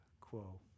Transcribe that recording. quo